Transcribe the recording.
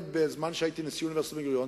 עוד בזמן שהייתי נשיא אוניברסיטת בן-גוריון,